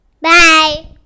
Bye